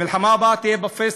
המלחמה הבאה תהיה בפייסבוק,